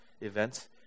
events